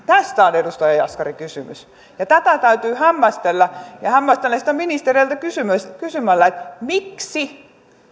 tästä on edustaja jaskari kysymys ja tätä täytyy hämmästellä ja hämmästelen sitä ministereiltä kysymällä kysymällä miksi